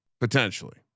potentially